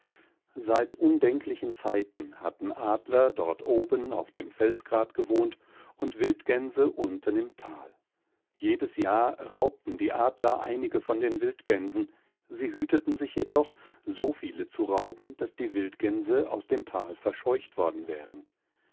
seit undenklichen zeiten hatten adler dort oben auf dem felsgrat gewohnt und wildgänse unten im tal jedes jahr raubten die adler einige von den wildgänsen siehütetensichjedoch sovielezurauben daßdiewildgänseaus dem tal verscheucht worden wären